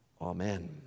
Amen